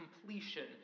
completion